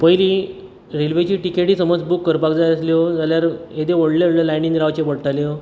पयली रेल्वेची तिकेटी समज बूक करपाक जाय आसल्यो जाल्यार येद्यो व्हडल्यो व्हडल्यो लायनीन रावच्यो पडटाल्यो